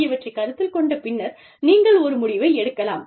ஆகியவற்றைக் கருத்தில் கொண்ட பின்னர் நீங்கள் ஒரு முடிவை எடுக்கலாம்